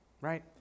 right